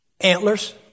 Antlers